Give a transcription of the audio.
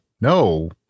no